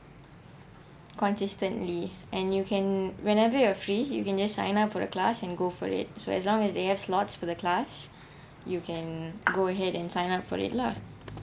consistently and you can whenever you're free you can just sign up for a class and go for it so as long as they have slots for the class you can go ahead and sign up for it lah